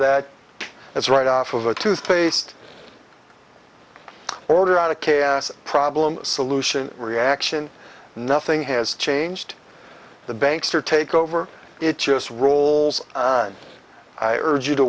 that it's right off of a toothpaste order out of chaos problem solution reaction nothing has changed the banks are take over it just rolls i urge you to